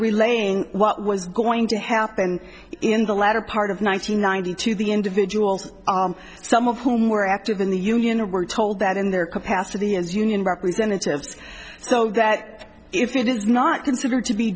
relaying what was going to happen in the latter part of one nine hundred ninety two the individuals some of whom were active in the union and were told that in their capacity as union representatives so that if it is not considered to be